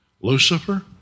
Lucifer